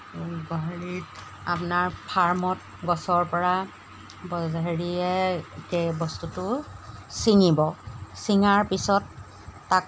বাৰীত আপোনাৰ ফাৰ্মত গছৰপৰা হেৰিয়েকৈ বস্তুটো ছিঙিব চিঙাৰ পিছত তাক